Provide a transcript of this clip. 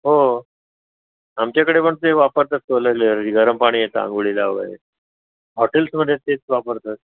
हो आमच्याकडे पण ते वापरतात सोलर गरम पाणी येतं अंघोळीला वगैरे हॉटेल्समधे तेच वापरतात